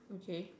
okay